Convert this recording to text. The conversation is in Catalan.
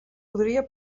podria